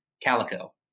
Calico